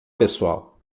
pessoal